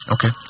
Okay